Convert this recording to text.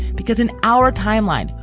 because in our timeline,